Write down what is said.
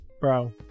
bro